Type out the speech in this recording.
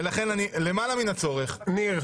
ולכן למעלה מן הצורך --- ניר,